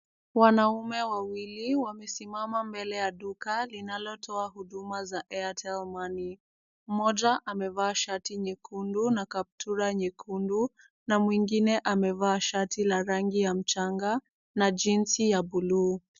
Wanaume wawili wamesimama mbele ya duka linalotoa huduma za airtel money. Mmoja amevaa shati nyekundu na kaptura nyekundu na mwingine amevaa shati la rangi ya mchanga na jeans ya buluu.